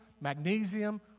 magnesium